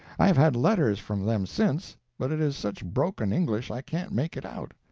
i have had letters from them since, but it is such broken english i can't make it out.